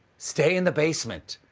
stay in the basement.